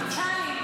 אמסלם,